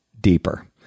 deeper